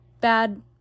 bad